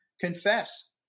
confess